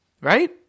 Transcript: right